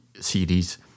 series